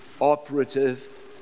operative